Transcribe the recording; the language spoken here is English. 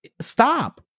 stop